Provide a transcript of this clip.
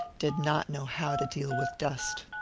did not know how to deal with dust.